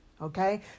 Okay